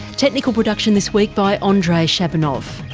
technical production this week by ah andrei shabunov,